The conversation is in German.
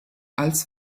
als